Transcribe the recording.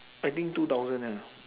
I think two thousand ya